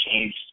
changed